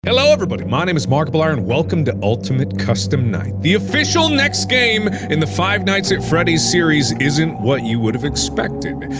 hello everybody! my name is markiplier, and welcome to ultimate custom night the official next game in the five nights at freddy's series, isn't what you would've expected.